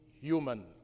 human